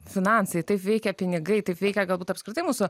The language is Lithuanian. finansai taip veikia pinigai taip veikia galbūt apskritai mūsų